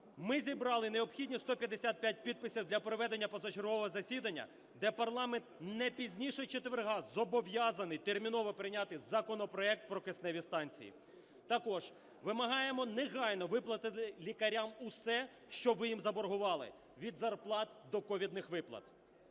ми зібрали необхідні 155 підписів для проведення позачергового засідання, де парламент не пізніше четверга зобов'язаний терміново прийняти законопроект про кисневі станції. Також вимагаємо негайно виплатити лікарям усе, що ви їм заборгували: від зарплат до ковідних виплат.